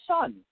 son